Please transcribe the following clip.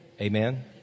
Amen